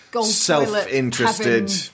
self-interested